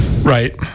Right